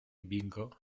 bingo